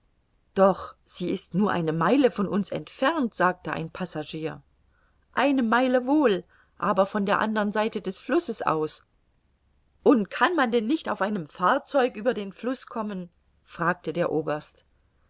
doch ist sie nur eine meile von uns entfernt sagte ein passagier eine meile wohl aber von der andern seite des flusses aus und kann man denn nicht auf einem fahrzeug über den fluß kommen fragte der oberst